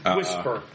Whisper